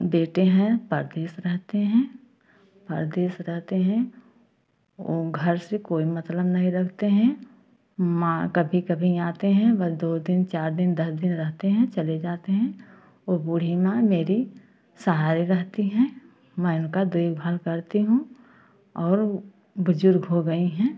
बेटे हैं परदेस रहते हैं परदेस रहते हैं और घर से कोई मतलब नहीं रखते हैं माँ कभी कभी आते हैं वो दो दिन चार दिन दस दिन रहते हैं चले जाते हैं और बूढ़ी माँ मेरे सहारे रहती हैं मैं उनका देखभाल करती हूँ और बुजुर्ग हो गई हैं